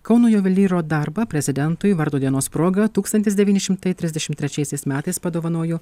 kauno juvelyro darbą prezidentui vardo dienos proga tūkstantis devyni šimtai trisdešimt trečiaisiais metais padovanojo